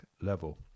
level